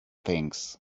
things